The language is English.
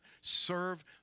serve